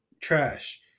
trash